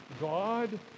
God